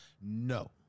No